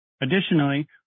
Additionally